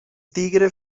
tigre